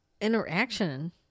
interaction